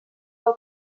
del